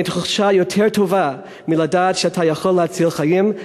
אין תחושה יותר טובה מלדעת שאתה יכול להציל חיים.